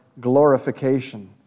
glorification